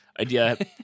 Idea